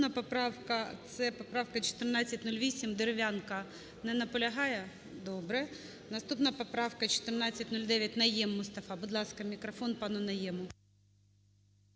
наступна поправка це поправка 1408 Дерев'янка. Не наполягає? Добре. Наступна поправка 1409, Найєм Мустафа. Будь ласка, мікрофон пану Найєму.